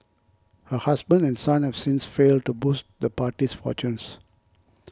her husband and son have since failed to boost the party's fortunes